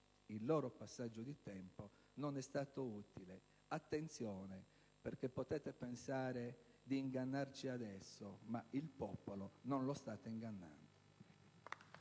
il loro passaggio di tempo non è stato inutile. Attenzione, perché potete pensare di ingannarci adesso, ma il popolo non lo state ingannando.